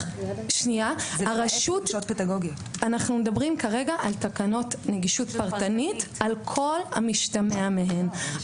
אנחנו מדברים כרגע על תקנות נגישות פרטנית על כל המשתמע מהן.